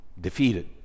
defeated